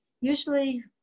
Usually